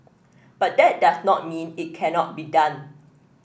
but that does not mean it cannot be done